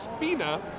Spina